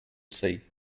see